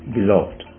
Beloved